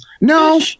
No